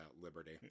liberty